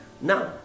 now